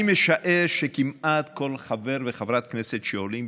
אני משער שכמעט כל חבר וחברת כנסת שעולים